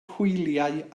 hwyliau